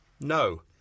No